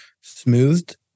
smoothed